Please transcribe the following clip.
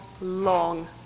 long